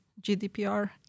GDPR